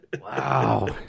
Wow